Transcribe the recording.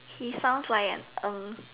he sounds like an Ng